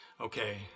okay